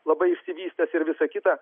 labai išsivystęs ir visa kita